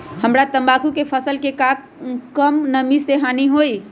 हमरा तंबाकू के फसल के का कम नमी से हानि होई?